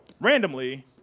Randomly